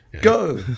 Go